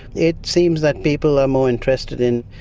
it seems that people are more interested in